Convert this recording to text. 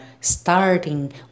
starting